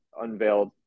unveiled